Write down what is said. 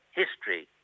history